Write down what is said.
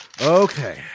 Okay